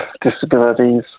disabilities